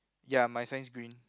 ya my sign's green